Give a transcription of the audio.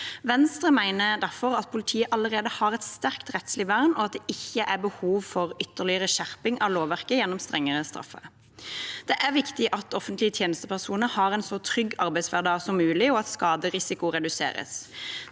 Venstre mener derfor at politiet allerede har et sterkt rettslig vern, og at det ikke er behov for ytterligere skjerping av lovverket gjennom strengere straffer. Det er viktig at offentlige tjenestepersoner har en så trygg arbeidshverdag som mulig, og at skaderisiko reduseres.